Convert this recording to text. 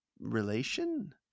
relation